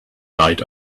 night